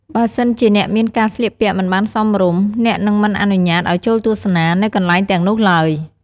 បើសិនជាអ្នកមានការស្លៀកពាក់មិនបានសមរម្យ អ្នកនិងមិនអនុញ្ញាតឲ្យចូលទស្សនា នៅកន្លែងទាំងនោះឡើយ។